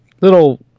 little